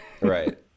Right